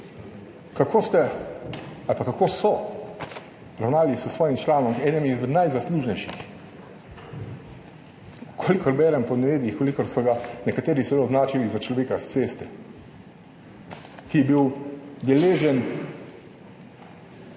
mimo tega, kako so ravnali s svojim članom, enem izmed najzaslužnejših. Kolikor berem po medijih, so ga nekateri celo označili za človeka s ceste, ki je bil deležen